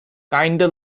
kinda